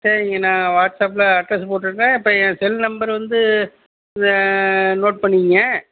சரிங்க நான் வாட்ஸாப்பில் அட்ரஸ் போட்டுறேன் இப்போ என் செல் நம்பர் வந்து இதை நோட் பண்ணிக்கீங்க